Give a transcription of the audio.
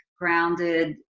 grounded